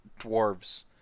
dwarves